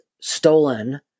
stolen